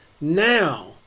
now